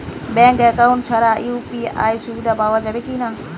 Bank account ছাড়া UPI সুবিধা পাওয়া যাবে কি না?